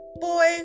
Boy